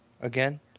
again